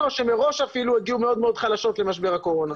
או שמראש אפילו הגיעו מאוד מאוד חלשות למשבר הקורונה.